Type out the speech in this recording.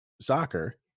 soccer